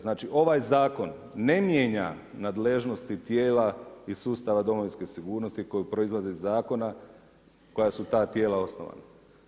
Znači ovaj zakon ne mijenja nadležnosti tijela iz sustava domovinske sigurnosti koja proizlazi iz zakona koja su ta tijela osnovana.